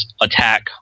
attack